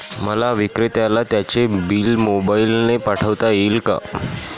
मला विक्रेत्याला त्याचे बिल मोबाईलने पाठवता येईल का?